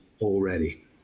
already